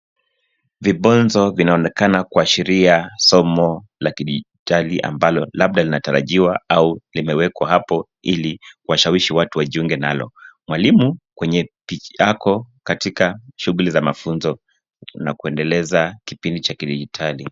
Vibonzo vinaonekana kuashiria somo la kidijitali ambalo labda linatarajiwa au limewekwa hapo ili kuwashawishi watu wajiunge nalo. Mwalimu ako katika shughuli za mafunzo na kuendeleza kipindi cha kidijitali.